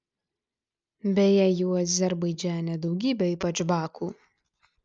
beje jų azerbaidžane daugybė ypač baku